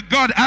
God